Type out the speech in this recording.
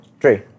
three